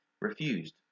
refused